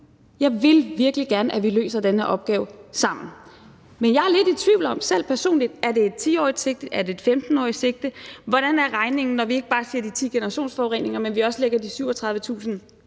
Jeg vil virkelig gerne, at vi løser den her opgave sammen, men jeg er selv personligt lidt i tvivl om, om det er et 10-årigt sigte, om det er et 15-årigt sigte. Hvordan er regningen, når vi ikke bare siger de ti generationsforureninger, men også lægger de 37.000